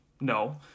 No